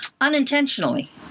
unintentionally